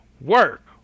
work